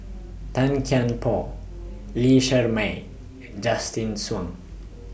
Tan Kian Por Lee Shermay and Justin Zhuang